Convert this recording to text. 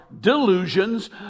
delusions